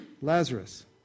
Lazarus